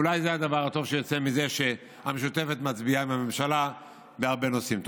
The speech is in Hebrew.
אולי זה הדבר הטוב שיוצא מזה שהמשותפת מצביעה עם הממשלה בהרבה נושאים.